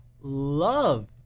love